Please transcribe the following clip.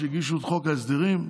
כשהגישו את חוק ההסדרים,